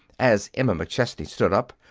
as emma mcchesney stood up,